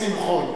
שמחון,